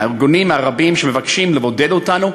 הארגונים הרבים שמבקשים לבודד אותנו,